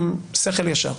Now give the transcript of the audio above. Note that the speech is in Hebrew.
עם שכל ישר.